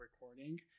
recording